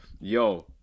Yo